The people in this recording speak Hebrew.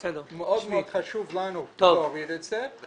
זה מאוד מאוד חשוב לנו להוריד את זה.